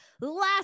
last